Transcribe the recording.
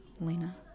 Lena